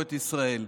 ומסורת ישראל.